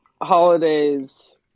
holidays